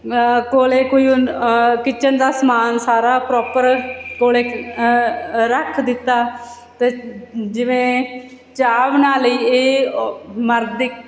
ਕੋਲ ਕੋਈ ਕਿਚਨ ਦਾ ਸਮਾਨ ਸਾਰਾ ਪ੍ਰੋਪਰ ਕੋਲ ਰੱਖ ਦਿੱਤਾ ਅਤੇ ਜਿਵੇਂ ਚਾਹ ਬਣਾ ਲਈ ਇਹ ਮਰਦ